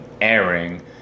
airing